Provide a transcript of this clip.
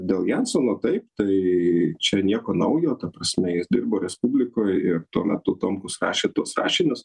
dėl jansono taip tai čia nieko naujo ta prasme jis dirbo respublikoj ir tuo metu tomkus rašė tuos rašinius